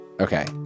Okay